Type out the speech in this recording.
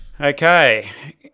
Okay